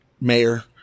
mayor